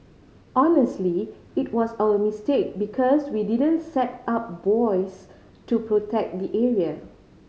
honestly it was our mistake because we didn't set up buoys to protect the area